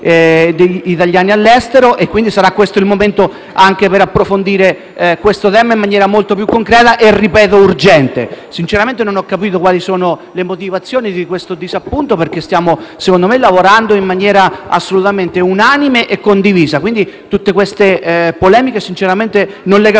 italiani all'estero e quindi sarà questo il momento anche per approfondire questo tema in maniera molto più concreta e - ripeto - urgente. Sinceramente non ho capito quali sono le motivazioni di questo disappunto perché, secondo me, stiamo lavorando in maniera assolutamente unanime e condivisa. Quindi, tutte queste polemiche sinceramente non le